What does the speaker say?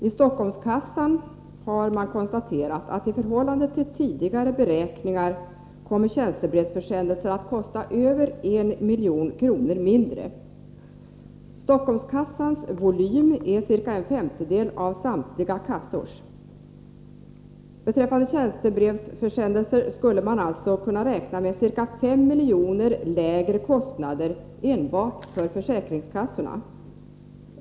I Stockholmskassan har man konstaterat att tjänstebrevsförsändelser i förhållande till tidigare beräkningar kommer att kosta 1 milj.kr. mindre. Stockholmskassans volym är ca en femtedel av samtliga kassors. Beträffande tjänstebrevsförsändelser kan man alltså räkna med ca 5 milj.kr. lägre kostnader enbart för försäkringskassorna.